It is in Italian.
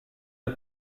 del